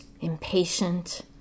impatient